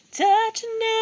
touching